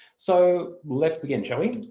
so let's begin, shall we?